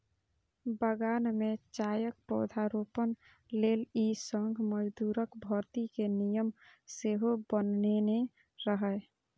बगान मे चायक पौधारोपण लेल ई संघ मजदूरक भर्ती के नियम सेहो बनेने रहै